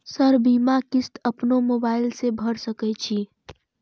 Sir बीमा किस्त अपनो मोबाईल से भर सके छी?